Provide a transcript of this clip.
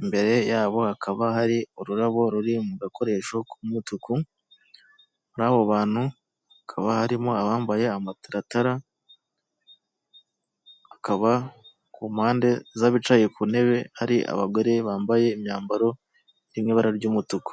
imbere yabo hakaba hari ururabo ruri mu gakoresho k'umutuku, muri abo bantu hakaba harimo abambaye amataratara, akaba ku mpande z'abicaye ku ntebe hari abagore bambaye imyambaro iri mu bara ry'umutuku.